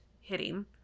hitting